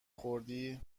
خوردی